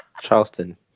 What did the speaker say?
charleston